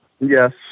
yes